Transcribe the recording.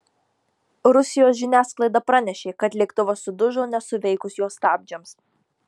rusijos žiniasklaida pranešė kad lėktuvas sudužo nesuveikus jo stabdžiams